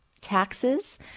taxes